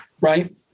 right